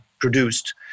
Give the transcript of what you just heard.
produced